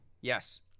Yes